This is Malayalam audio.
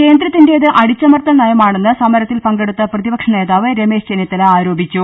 കേന്ദ്രത്തിന്റേത് അടിച്ചമർത്തൽ നയമാണെന്ന് സമരത്തിൽ പങ്കെടുത്ത പ്രതിപക്ഷനേതാവ് രമേശ് ചെന്നിത്തല ആരോപിച്ചു